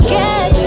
get